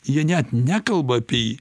jie net nekalba apie jį